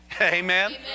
Amen